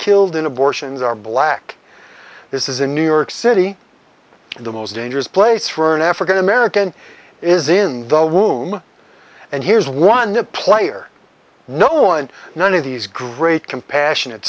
killed in abortions are black this is in new york city the most dangerous place for an african american is in the womb and here's one player no one none of these great compassionate